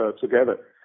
together –